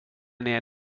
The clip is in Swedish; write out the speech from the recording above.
ner